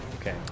Okay